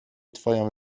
twoją